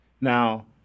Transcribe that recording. Now